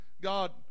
God